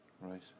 Right